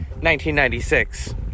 1996